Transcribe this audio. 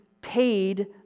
paid